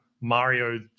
Mario